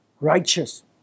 righteous